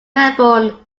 melbourne